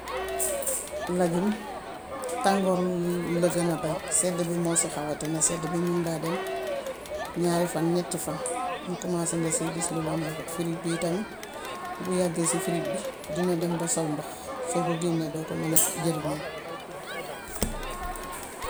Lajum tàngoor la gën a ban. sedd bi moo si xaw a tane. sedd bi mun ngaa dem ñaari fan ñetti fan mu kumaase nga ciy gis lu la neexut. Fruit bi tamit, bu yàggee si firig bi dina dem ba sol ndox. Soo ko génnee doo ko man a jariñoo.